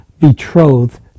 betrothed